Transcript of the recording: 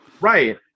Right